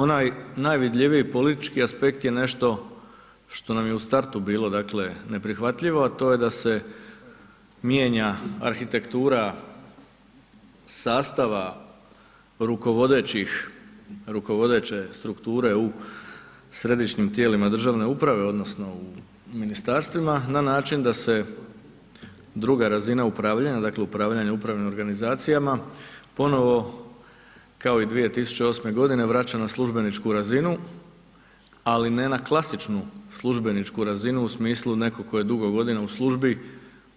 Onaj najvidljiviji politički aspekt je nešto što nam je u startu bilo dakle neprihvatljivo a to je da se mijenja arhitektura sastava rukovodećih, rukovodeće strukture u središnjim tijelima državne uprave odnosno u ministarstvima na način da se druga razina upravljanja dakle upravljanje upravnim organizacijama ponovno kao i 2008. godine vraća na službeničku razinu ali ne na klasičnu službeničku razinu u smislu netko tko je dugo godina u službi